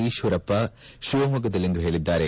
ಈಶ್ವರಪ್ಪ ಶಿವಮೊಗ್ಗದಲ್ಲಿಂದು ಹೇಳಿದ್ದಾರೆ